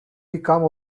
become